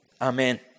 Amen